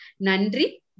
Nandri